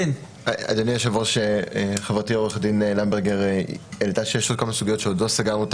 זה נכון גם כאן וגם בהמשך כאשר נדבר על שינוי התוספות.